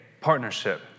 Partnership